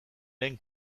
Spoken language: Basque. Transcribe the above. lehen